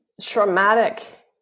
traumatic